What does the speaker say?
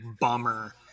bummer